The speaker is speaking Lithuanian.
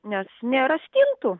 nes nėra stintų